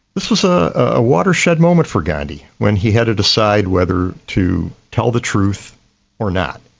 this was a ah watershed moment for gandhi when he had to decide whether to tell the truth or not,